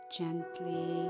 gently